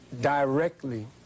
directly